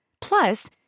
Plus